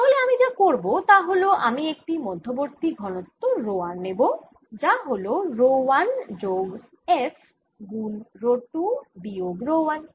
তাহলে আমি যা করব তা হল আমি একটি মধ্যবর্তি ঘনত্ব রো r নেব যা হল রো 1 যোগ f গুণ রো 2 বিয়োগ রো 1